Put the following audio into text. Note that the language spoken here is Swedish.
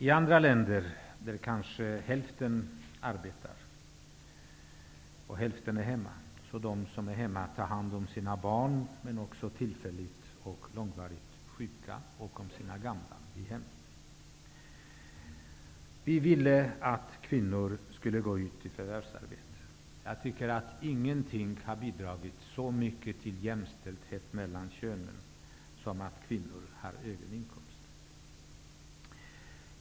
I andra länder arbetar kanske hälften av kvinnorna, medan hälften är hemma och tar hand om sina barn, om tillfälligt och långvarigt sjuka och om sina gamla. Vi ville att kvinnor skulle gå ut i förvärvsarbete. Ingenting har enligt min uppfattning bidragit så mycket till jämställdhet mellan könen som att kvinnorna har en egen inkomst.